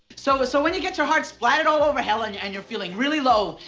so um so when you get your heart splattered all over hell and and you're feeling really low,